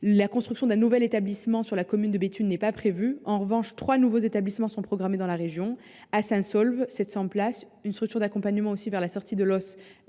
la construction d’un nouvel établissement sur la commune de Béthune n’est pas prévue. En revanche, trois nouveaux établissements sont programmés dans la région : à Saint Saulve, un établissement de 700 places ; une structure d’accompagnement vers la sortie de 120